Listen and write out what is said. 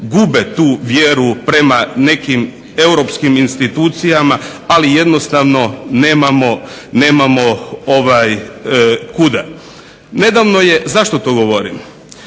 gube tu vjeru prema Europskim institucijama ali jednostavno nemamo kuda. zašto to govorim?